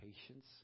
patience